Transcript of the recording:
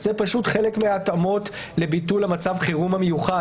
שזה פשוט חלק מההתאמות לביטול מצב החירום המיוחד,